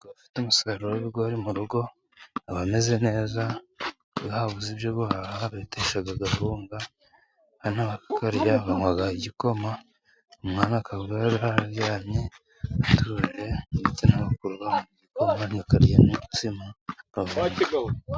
Umugabo ufite umusaruro w'ibigori mu rugo, abameze neza. Iyo babuze ibyo bahaha bateka akawuhunga, abana bakakarya, babanywa igikoma. Umwana akaba yarya akaryama atuje, ndetse n'abakuru bakaryamo umutsima.